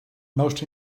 most